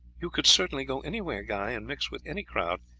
you could certainly go anywhere, guy, and mix with any crowd,